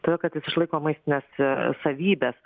todėl kad jis išlaiko maistines savybes